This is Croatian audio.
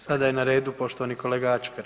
Sada je na redu poštovani kolega Ačkar.